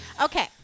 Okay